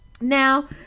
Now